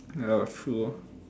ya true lor